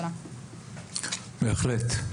בהחלט.